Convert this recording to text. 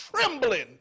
trembling